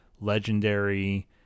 legendary